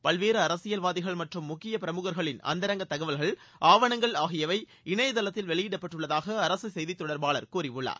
பல்வேறு அரசியல்வாதிகள் மற்றும் முக்கிய பிரமுகர்களின் அந்தரங்க தகவல்கள் ஆவணங்கள் ஆகியவை இணையதளத்தில் வெளியிடப்பட்டுள்ளதாக அரசு செய்தித் தொடர்பாளர் கூறியுள்ளார்